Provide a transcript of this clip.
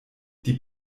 die